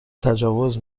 تجاوز